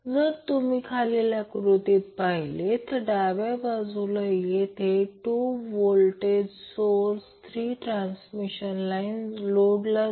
आता जर Q जास्त असेल तर R आणि C मधील मॅक्सीमम व्होल्टेज ω0 वर मिळेल जी रेझोनन्स फ्रिक्वेन्सी आहे